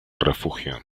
refugio